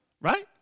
right